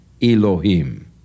Elohim